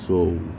so